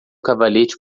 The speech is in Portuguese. cavalete